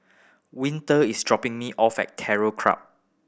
Winter is dropping me off at Terror Club